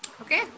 Okay